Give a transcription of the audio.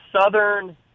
Southern